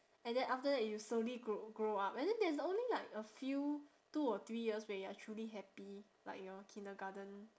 and then after that you slowly grow grow up and then there's only like a few two or three years where you are truly happy like your kindergarten